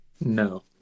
No